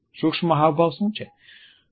સૂક્ષ્મ હાવભાવ શું છે